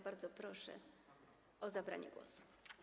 Bardzo proszę o zabranie głosu.